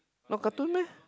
oh cartoon meh